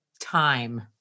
time